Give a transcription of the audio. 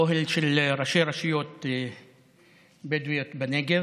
אוהל של ראשי רשויות בדואיות בנגב.